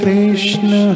Krishna